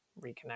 reconnect